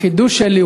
החידוש שלי,